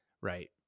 Right